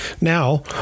Now